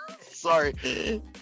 sorry